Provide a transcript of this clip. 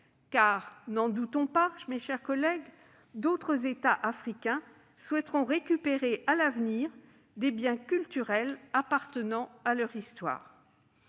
N'en doutons pas, mes chers collègues, d'autres États africains souhaiteront à l'avenir récupérer des biens culturels appartenant à leur histoire.